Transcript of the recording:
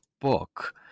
book